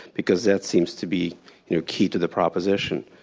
because that seems to be key to the proposition.